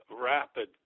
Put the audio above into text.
rapid